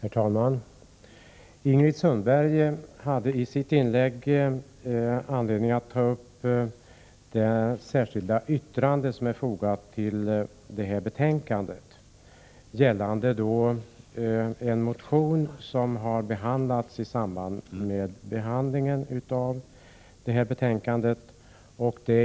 Herr talman! Ingrid Sundberg fann i sitt inlägg anledning att ta upp det särskilda yttrande som är fogat till betänkandet och som avser en motion som behandlas i betänkandet.